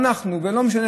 ולא משנה,